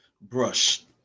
Brush